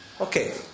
Okay